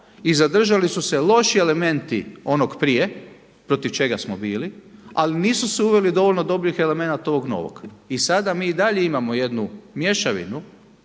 i zadržali su se loši elementi onog prije protiv čega smo bili ali nisu se uveli dovoljno dobrih elemenata ovog novog. I sada mi i dalje imamo jednu mješavinu